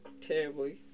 Terribly